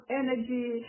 energy